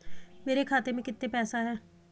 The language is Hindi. मेरे खाते में कितना पैसा है?